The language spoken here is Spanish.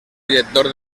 director